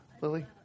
Lily